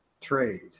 trade